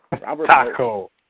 Taco